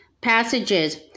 passages